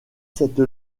cette